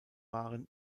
waren